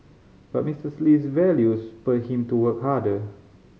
but Misters Lee's values spurred him to work harder